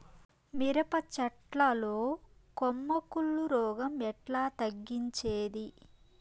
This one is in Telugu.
మిరప చెట్ల లో కొమ్మ కుళ్ళు రోగం ఎట్లా తగ్గించేది?